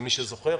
למי שזוכר,